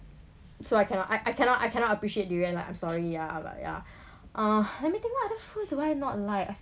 so I cannot I I cannot I cannot appreciate durian lah I'm sorry yeah but yeah uh let me think what other food do I not like